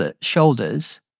shoulders